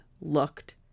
looked